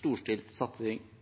storstilt satsing